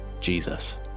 Jesus